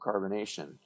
carbonation